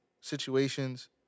situations